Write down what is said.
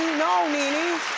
no, nene,